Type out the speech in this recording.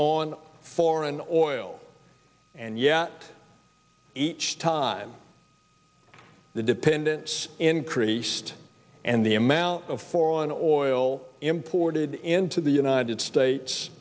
on foreign oil and yet each time the dependence increased and the amount of foreign oil imported into the united states